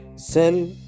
sell